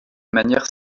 manière